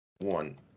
one